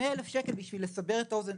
בשביל לסבר את האוזן,